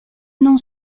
non